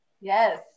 Yes